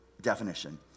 definition